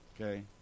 okay